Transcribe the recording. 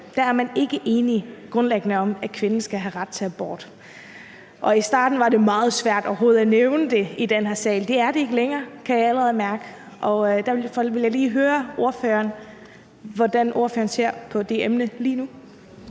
er man grundlæggende ikke enige om, at kvinden skal have ret til abort, og i starten var det jo meget svært overhovedet at nævne det i den her sal. Det er det ikke længere, det kan jeg allerede mærke. Derfor vil jeg lige høre ordføreren, hvordan ordføreren ser på det emne lige nu.